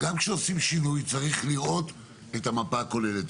כשעושים שינוי צריך לראות את המפה הכוללת.